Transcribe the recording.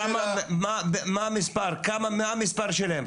מה המספר שלהם?